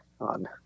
on